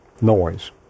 noise